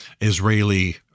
Israeli